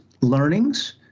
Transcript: learnings